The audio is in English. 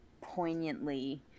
poignantly